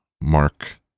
Mark